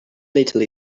little